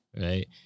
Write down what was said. Right